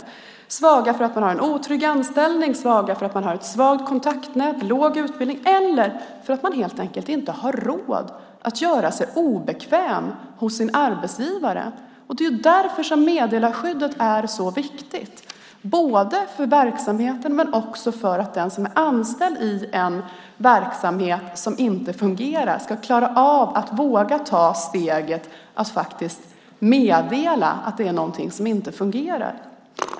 Det handlar om dem som är svaga för att de har en otrygg anställning, ett svagt kontaktnät, låg utbildning eller helt enkelt inte har råd att göra sig obekväm hos sin arbetsgivare. Meddelarskyddet är viktigt för verksamheten men också för att den som är anställd i en verksamhet som inte fungerar ska våga ta steget att meddela att något inte fungerar.